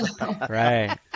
Right